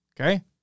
Okay